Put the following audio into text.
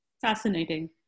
Fascinating